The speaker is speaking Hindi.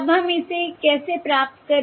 अब हम इसे कैसे प्राप्त करें